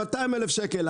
200,000 שקל.